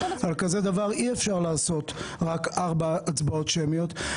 על כזה דבר אי-אפשר לעשות רק 4 הצבעות שמיות.